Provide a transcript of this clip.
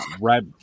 right